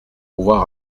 voir